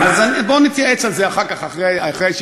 אז בוא נתייעץ על זה אחר כך, אחרי הישיבה.